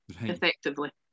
effectively